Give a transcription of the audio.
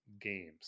games